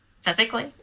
physically